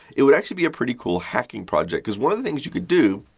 it would actually be a pretty cool hacking project. because, one of the things you could do,